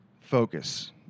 focus